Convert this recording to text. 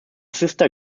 sister